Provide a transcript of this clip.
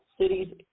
cities